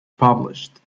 published